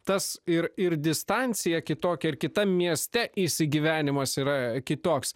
tas ir ir distancija kitokia ir kitam mieste įsigyvenimas yra kitoks